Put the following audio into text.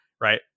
right